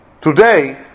Today